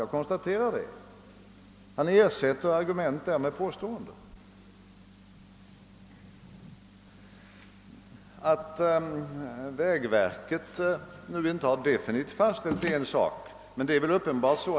Han har bara ersatt argument med påståenden. Att vägverket inte definitivt fastställt planerna är en sak.